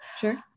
Sure